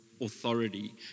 authority